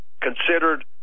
considered